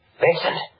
Vincent